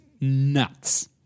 nuts